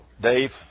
Dave